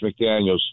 McDaniels